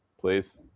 please